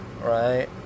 Right